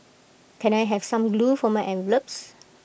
can I have some glue for my envelopes